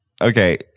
okay